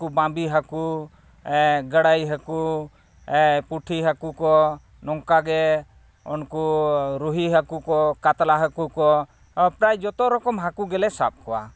ᱩᱱᱠᱩ ᱵᱟᱢᱵᱤ ᱦᱟᱹᱠᱩ ᱜᱟᱹᱲᱟᱹᱭ ᱦᱟᱹᱠᱩ ᱯᱩᱴᱷᱤ ᱦᱟᱹᱠᱩ ᱠᱚ ᱚᱱᱠᱟᱜᱮ ᱩᱱᱠᱩ ᱨᱩᱦᱤ ᱦᱟᱹᱠᱩ ᱠᱚ ᱠᱟᱛᱞᱟ ᱦᱟᱹᱠᱩ ᱠᱚ ᱯᱨᱟᱭ ᱡᱚᱛᱚ ᱨᱚᱠᱚᱢ ᱦᱟᱹᱠᱩ ᱜᱮᱞᱮ ᱥᱟᱵ ᱠᱚᱣᱟ